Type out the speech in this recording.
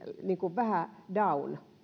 ajetaan vähän down